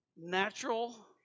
natural